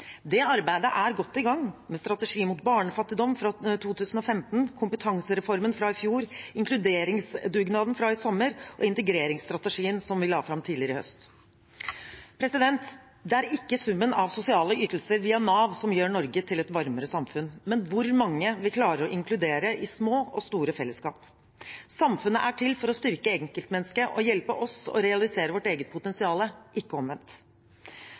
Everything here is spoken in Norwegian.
Det arbeidet er godt i gang, med strategi mot barnefattigdom fra 2015, kompetansereformen fra i fjor, inkluderingsdugnaden fra i sommer og integreringsstrategien som vi la fram tidligere i høst. Det er ikke summen av sosiale ytelser via Nav som gjør Norge til et varmere samfunn, men hvor mange vi klarer å inkludere i små og store fellesskap. Samfunnet er til for å styrke enkeltmennesket og hjelpe oss med å realisere vårt eget potensial, ikke omvendt.